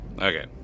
Okay